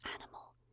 animal